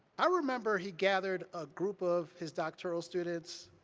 i remember he gathered a group of his doctoral students,